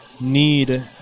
need